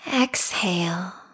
Exhale